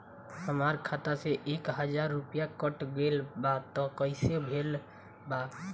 हमार खाता से एक हजार रुपया कट गेल बा त कइसे भेल बा?